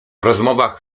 rozmowach